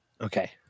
Okay